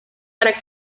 para